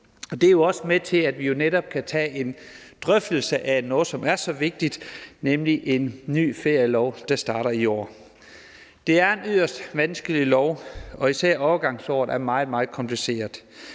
netop også med til, at vi kan tage en drøftelse af noget, som er så vigtigt, nemlig en ny ferielov, der starter i år. Det er en yderst vanskelig lov, og især overgangsåret er meget, meget kompliceret.